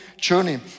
journey